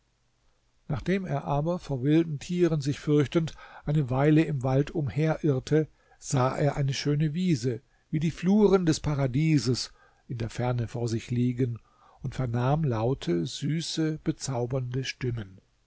nachdem er aber vor wilden tieren sich fürchtend eine weile im wald umherirrte sah er eine schöne wiese wie die fluren des paradieses in der ferne vor sich liegen und vernahm laute süße bezaubernde stimmen